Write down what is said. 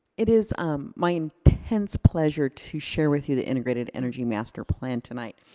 it is um my intense pleasure to share with you the integrated energy master plan tonight.